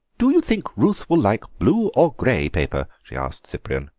do you think ruth will like blue or grey paper? she asked cyprian.